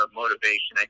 motivation